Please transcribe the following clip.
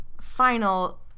final